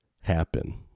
happen